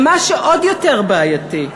ומה שעוד יותר בעייתי: